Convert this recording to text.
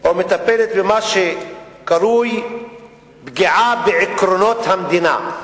או מטפלת במה שקרוי פגיעה ב"עקרונות המדינה".